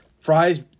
fries